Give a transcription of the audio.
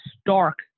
stark